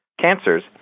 cancers